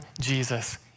Jesus